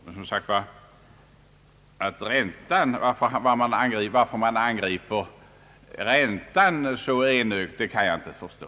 Villataxeringen har två sidor, inkomstsidan och avdragssidan. Varför man angriper räntan så enögt kan jag inte förstå.